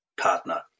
partner